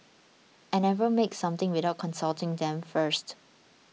I never make something without consulting them first